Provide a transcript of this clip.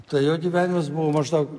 tai jo gyvenimas buvo maždaug